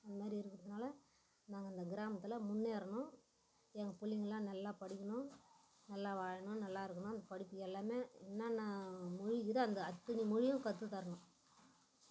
இது மாதிரி இருக்கிறதுனால நாங்கள் எங்கள் கிராமத்தில் முன்னேறணும் எங்கள் பிள்ளைங்கெல்லாம் நல்லா படிக்கணும் நல்லா வாழணும் நல்லா இருக்கணும் அந்த படிப்புக்கு எல்லாமே என்னென்ன மொழி இருக்குதோ அந்த அத்தனை மொழியும் கற்று தரணும்